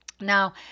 Now